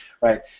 right